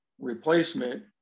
replacement